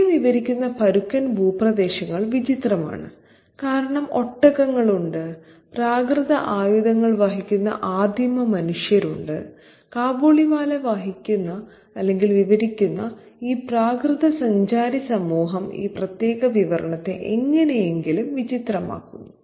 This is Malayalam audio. അദ്ദേഹം വിവരിക്കുന്ന പരുക്കൻ ഭൂപ്രദേശങ്ങൾ വിചിത്രമാണ് കാരണം ഒട്ടകങ്ങളുണ്ട് പ്രാകൃത ആയുധങ്ങൾ വഹിക്കുന്ന ആദിമ മനുഷ്യരുണ്ട് കാബൂളിവാല വിവരിക്കുന്ന ഈ പ്രാകൃത സഞ്ചാരി സമൂഹം ഈ പ്രത്യേക വിവരണത്തെ എങ്ങനെയെങ്കിലും വിചിത്രമാക്കുന്നു